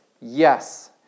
Yes